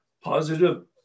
positive